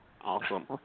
Awesome